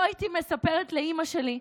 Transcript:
לא הייתי מספרת לאימא שלי,